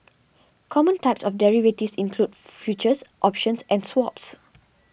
common types of derivatives include futures options and swaps